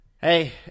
hey